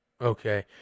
okay